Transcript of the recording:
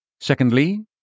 Secondly